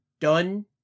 done